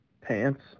Pants